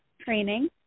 training